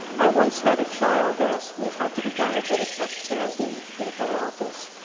i once had a child ask me how can a diabetic have candy in her office?